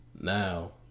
Now